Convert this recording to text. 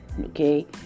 Okay